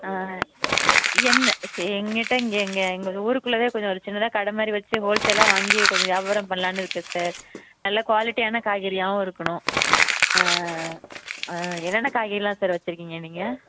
என்ன சே என்கிட்டே இங்கே எங்கள் எங்களது ஊருக்குள்ளே தான் கொஞ்சம் ஒரு சின்னதாக கடை மாதிரி வெச்சு ஹோல்சேலாக வாங்கி கொஞ்சம் வியாபாரம் பண்ணலானு இருக்கேன் சார் நல்ல குவாலிட்டியான காய்கறியாகவும் இருக்கணும் என்னென்ன காய்கறியெலாம் சார் வெச்சுருக்கீங்க நீங்கள்